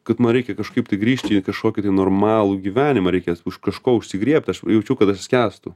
kad man reikia kažkaip tai grįžti į kažkokį tai normalų gyvenimą reikės už kažko užsigriebt aš jaučiu kad skęstu